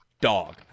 dog